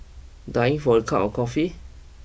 dying for a cup of coffee